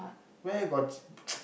where got